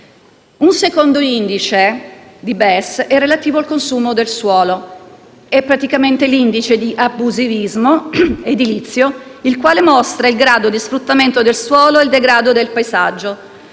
Il secondo indice di BES è relativo al consumo del suolo. È praticamente l'indice di abusivismo edilizio, il quale mostra il grado di sfruttamento del suolo e il degrado del paesaggio.